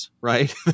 right